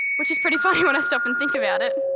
which is pretty funny when i stop and think about it.